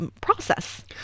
process